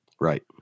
Right